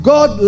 God